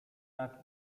tak